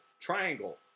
Triangle